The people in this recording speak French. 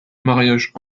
mariage